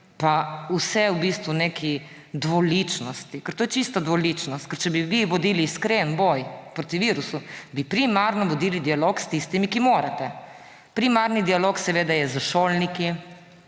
pa vse v bistvu v neki dvoličnosti. Ker to je čista dvoličnost. Ker če bi vodili iskren boj proti virusu, bi primarno vodili dialog s tistimi, s katerimi ga morate. Primarni dialog seveda je s šolniki.